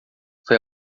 foi